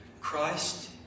Christ